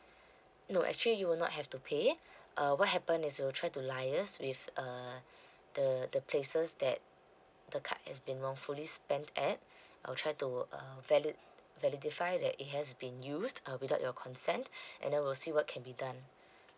no actually you will not have to pay uh what happen is we'll try to liaise with uh the the places that the card has been wrongfully spent at I'll try to uh valid validify that it has been used uh without your consent and then will see what can be done